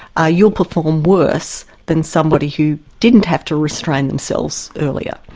ah you'll perform worse than somebody who didn't have to restrain themselves earlier.